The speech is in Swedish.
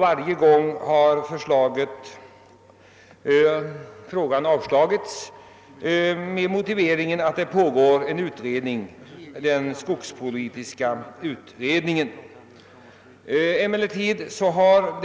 Var gång har motionen avslagits med motiveringen att det pågår en utredning — den skogspolitiska utredningen. Nu har det